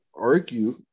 Argue